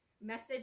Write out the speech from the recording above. message